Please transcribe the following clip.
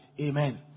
Amen